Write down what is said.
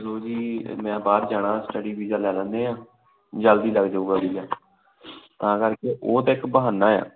ਚੱਲੋ ਜੀ ਮੈਂ ਬਾਹਰ ਜਾਣਾ ਸਟਡੀ ਵੀਜ਼ਾ ਲੈ ਲੈਂਦੇ ਹਾਂ ਜਲਦੀ ਲੱਗ ਜੂਗਾ ਵੀਜ਼ਾ ਤਾਂ ਕਰਕੇ ਉਹ ਤਾਂ ਇੱਕ ਬਹਾਨਾ ਆ